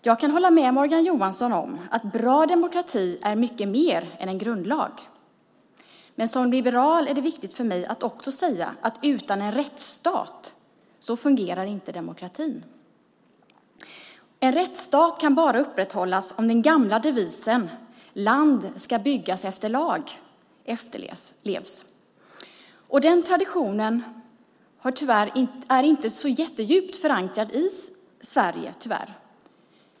Jag kan hålla med Morgan Johansson om att bra demokrati är mycket mer än en grundlag. Men som liberal är det viktigt för mig att också säga att utan en rättsstat fungerar inte demokratin. En rättsstat kan bara upprätthållas om den gamla devisen att land ska byggas med lag efterlevs. Den traditionen är tyvärr inte så djupt förankrad i Sverige.